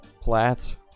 Plats